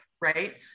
right